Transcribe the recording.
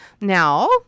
Now